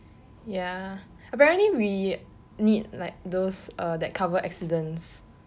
ya apparently we need like those uh that cover accidents